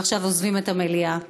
ועכשיו עוזבים את המליאה.